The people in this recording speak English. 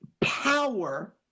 power